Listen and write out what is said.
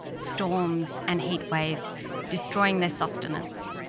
storms and heat waves destroying their sustenance,